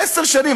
עשר שנים.